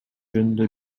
жөнүндө